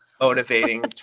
motivating